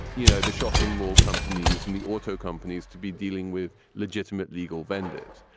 you know, the shopping mall companies and the auto companies to be dealing with legitimate legal vendors.